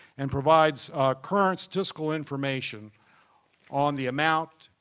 and provides current statistical information on the amount,